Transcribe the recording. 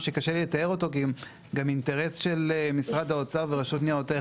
שקשה לי לתאר אותו כי גם האינטרס של משרד האוצר ורשות ניירות ערך